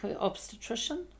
obstetrician